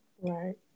right